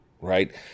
right